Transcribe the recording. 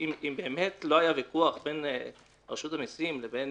אם באמת לא היה ויכוח בין רשות המסים לבין